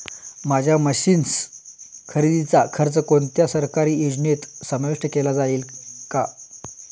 माझ्या मशीन्स खरेदीचा खर्च कोणत्या सरकारी योजनेत समाविष्ट केला जाईल का?